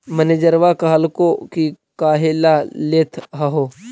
मैनेजरवा कहलको कि काहेला लेथ हहो?